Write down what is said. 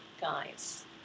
guys